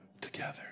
together